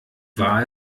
war